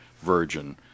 virgin